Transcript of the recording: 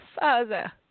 Father